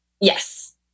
Yes